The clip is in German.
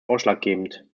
ausschlaggebend